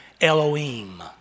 Elohim